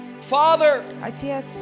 Father